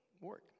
work